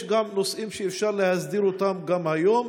יש נושאים שאפשר להסדיר אותם גם היום,